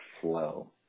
flow